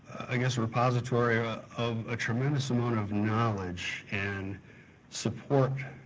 i guess a repository ah of a tremendous amount of knowledge and support,